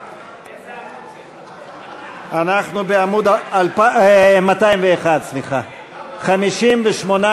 אנחנו בעמוד 201. ההסתייגויות לסעיף 07,